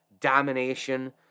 domination